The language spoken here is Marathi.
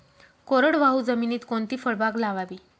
कोरडवाहू जमिनीत कोणती फळबाग लावावी?